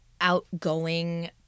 outgoing